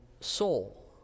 soul